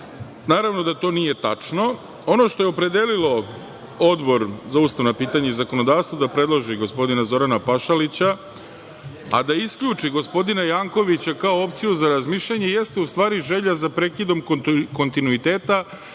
Naravno da to nije tačno. Ono što je opredelilo Odbor za ustavna pitanja i zakonodavstvo da predloži gospodina Zorana Pašalića, a da isključi gospodina Jankovića kao opciju za razmišljanje jeste u stvari želja za prekidom kontinuiteta